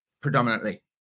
predominantly